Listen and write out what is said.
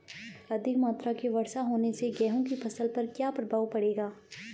अधिक मात्रा की वर्षा होने से गेहूँ की फसल पर क्या प्रभाव पड़ेगा?